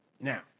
Now